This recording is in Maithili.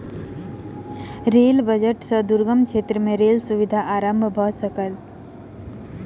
रेल बजट सॅ दुर्गम क्षेत्र में रेल सुविधा आरम्भ भ सकल